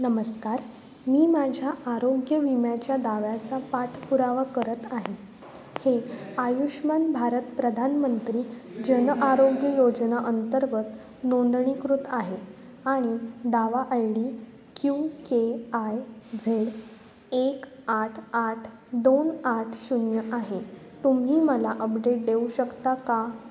नमस्कार मी माझ्या आरोग्य विम्याच्या दाव्याचा पाठपुरावा करत आहे हे आयुष्मान भारत प्रधानमंत्री जनआरोग्य योजना अंतर्गत नोंदणीकृत आहे आणि दावा I D Q K I Z एक आठ आठ दोन आठ शून्य आहे तुम्ही मला अपडेट देऊ शकता का